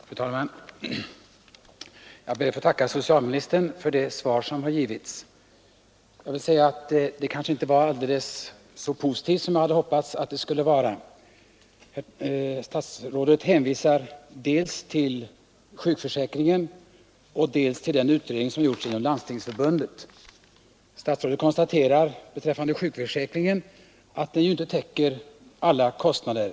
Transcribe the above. Fru talman! Jag ber att få tacka socialministern för det svar som har givits. Det kanske inte var så positivt som jag hade hoppats att det skulle vara. Statsrådet hänvisar dels till sjukförsäkringen, dels till den utredning som gjorts inom Landstingsförbundet. Statsrådet konstaterar beträffande sjukförsäkringen att den inte täcker alla kostnader.